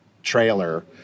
trailer